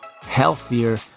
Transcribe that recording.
healthier